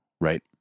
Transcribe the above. right